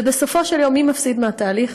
ובסופו של יום, מי מפסיד מהתהליך?